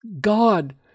God